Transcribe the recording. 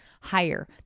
higher